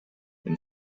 when